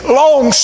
long